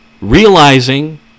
realizing